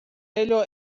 ello